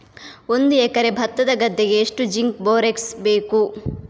ಒಂದು ಎಕರೆ ಭತ್ತದ ಗದ್ದೆಗೆ ಎಷ್ಟು ಜಿಂಕ್ ಬೋರೆಕ್ಸ್ ಬೇಕು?